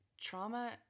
Trauma